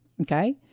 Okay